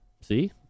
See